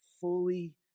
Fully